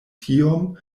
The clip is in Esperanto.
tiom